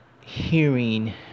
hearing